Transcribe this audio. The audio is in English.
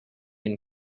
and